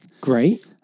Great